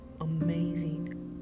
amazing